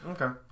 Okay